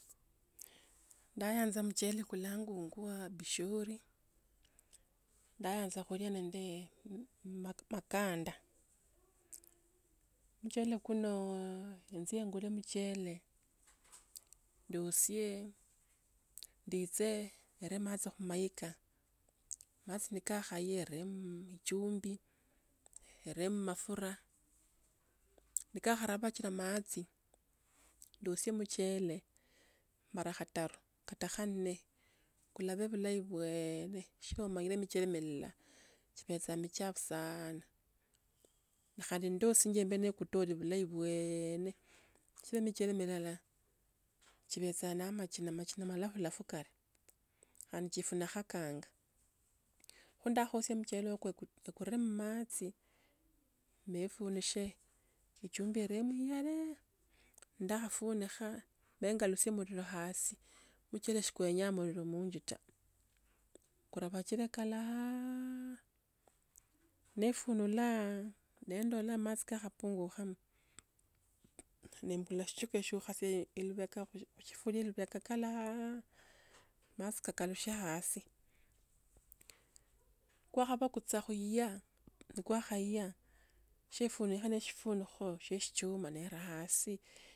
Ndayaanza mchele kulangu ngwa bishori. Ndayaanza khulia nende ma- makanda. Mchele kuno inje ngule mchele ndusie ndise ene machi khumaika. Machi nekakhaiya ndemo ichumbi eremo mafura. Nakarabakila machi, ndusie mchele mara khoitaru hata khanne kula ba bhulayi bweeene. So manyele mchele, chipesa nichafu saaana. Ma khandi ni ndosi injebene kutole bulayi bweeene. Michele milala chibesa na machina machina malafu lafukhae, anjifunaakhanga. Kho ndakhaosia mchele huko kwe kwe ikuree mmachi ma ifuniche, ichumbi ye cheremo myale. Ndakhafunika neyengalusie mlilo hasi, Mchele sikuenya mlilo munzu ta. Kurabachile kalaaaa ne ofunula ne ndola machi ka khapungukha mm ne mbukula si chiko sya lukhasi bhake kalaaaa, machi kakapisha hasi. Kwa khapa kutsa khuiya, nekwa khaiya, she funikha ne sifunikho sya sichuma na era hasi.